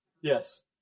yes